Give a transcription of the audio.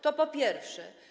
To po pierwsze.